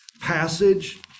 passage